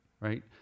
Right